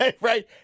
right